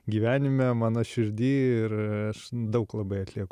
gyvenime mano širdy ir aš daug labai atlieku